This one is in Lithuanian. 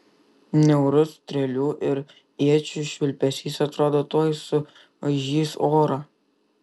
niaurus strėlių ir iečių švilpesys atrodo tuoj suaižys orą